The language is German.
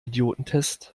idiotentest